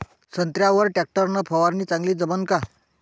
संत्र्यावर वर टॅक्टर न फवारनी चांगली जमन का?